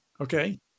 Okay